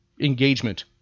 engagement